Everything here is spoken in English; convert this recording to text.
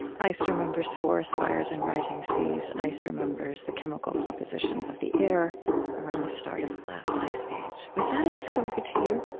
ice remembers forest fires and rising seas. ice remembers the chemical composition of the air around the start of the last ice age. was that a discovery to you?